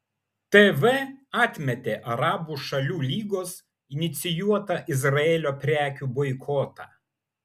tv atmetė arabų šalių lygos inicijuotą izraelio prekių boikotą